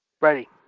Ready